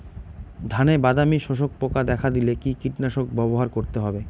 ধানে বাদামি শোষক পোকা দেখা দিলে কি কীটনাশক ব্যবহার করতে হবে?